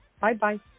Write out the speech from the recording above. Bye-bye